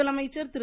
முதலமைச்சர் திரு